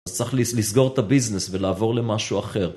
אז צריך לסגור את הביזנס ולעבור למשהו אחר.